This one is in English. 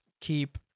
keep